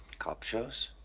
cop shows?